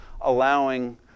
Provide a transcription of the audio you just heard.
allowing